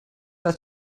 for